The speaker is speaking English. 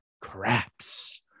craps